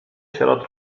sierot